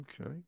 Okay